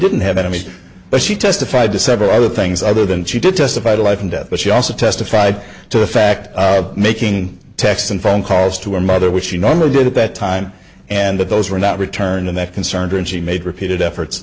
didn't have enemies but she testified to several other things other than she did testify to life and death but she also testified to the fact making texts and phone calls to her mother which she normally did at that time and that those were not returned and that concerned her and she made repeated efforts